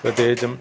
പ്രത്യേകിച്ചും